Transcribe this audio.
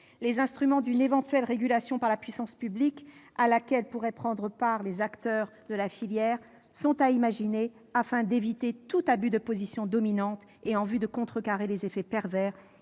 les instruments d'une éventuelle régulation par la puissance publique, à laquelle pourraient prendre part les acteurs de la filière, afin d'éviter tout abus de position dominante et en vue de contrecarrer les effets pervers